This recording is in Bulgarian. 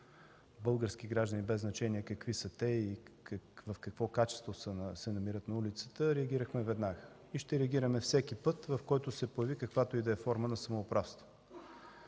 български граждани, без значение какви са те и в какво качество се намират на улицата, реагирахме веднага. И ще реагираме всеки път, когато се появи каквато и да е форма на самоуправство.